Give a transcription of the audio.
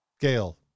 gail